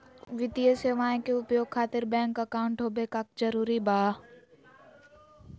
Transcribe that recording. वित्तीय सेवाएं के उपयोग खातिर बैंक अकाउंट होबे का जरूरी बा?